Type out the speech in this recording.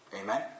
Amen